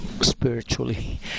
spiritually